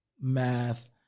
math